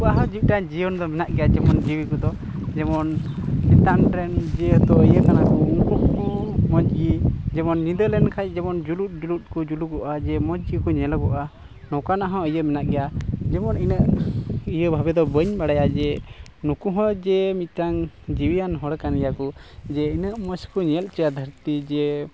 ᱩᱱᱠᱩᱣᱟᱜ ᱦᱚᱸ ᱡᱤᱫᱴᱟᱝ ᱡᱤᱭᱚᱱ ᱫᱚ ᱢᱮᱱᱟᱜ ᱜᱮᱭᱟ ᱡᱮᱢᱚᱱ ᱡᱤᱣᱤ ᱠᱚᱫᱚ ᱡᱮᱢᱚᱱ ᱪᱮᱛᱟᱱ ᱨᱮᱱ ᱡᱮᱦᱮᱛᱩ ᱤᱭᱟᱹ ᱠᱟᱱᱟ ᱠᱚ ᱩᱱᱠᱩ ᱠᱚ ᱢᱚᱡᱽ ᱜᱮ ᱡᱮᱢᱚᱱ ᱧᱤᱫᱟᱹ ᱞᱮᱱᱠᱷᱟᱱ ᱡᱮᱢᱚᱱ ᱡᱩᱞᱩᱜ ᱡᱩᱞᱩᱜ ᱠᱚ ᱡᱩᱞᱩᱜᱚᱜᱼᱟ ᱡᱮ ᱢᱚᱡᱽ ᱜᱮᱠᱚ ᱧᱮᱞᱚᱜᱚᱜᱼᱟ ᱱᱚᱝᱠᱟᱱᱟᱜ ᱦᱚᱸ ᱤᱭᱟᱹ ᱢᱮᱱᱟᱜ ᱜᱮᱭᱟ ᱡᱮᱢᱚᱱ ᱤᱱᱟᱹᱜ ᱤᱭᱟᱹ ᱵᱷᱟᱵᱮ ᱫᱚ ᱵᱟᱹᱧ ᱵᱟᱲᱟᱭᱟ ᱡᱮ ᱱᱩᱠᱩ ᱦᱚᱸ ᱡᱮ ᱢᱤᱫᱴᱟᱝ ᱡᱤᱣᱤᱭᱟᱱ ᱦᱚᱲ ᱠᱟᱱ ᱜᱮᱭᱟ ᱠᱚ ᱡᱮ ᱤᱱᱟᱹᱜ ᱢᱚᱡᱽ ᱠᱚ ᱧᱮᱞ ᱦᱚᱪᱚᱭᱟ ᱫᱷᱟᱹᱨᱛᱤ ᱡᱮ